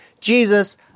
Jesus